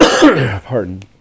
Pardon